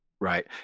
Right